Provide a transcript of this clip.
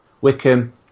Wickham